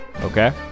Okay